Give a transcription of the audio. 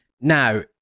now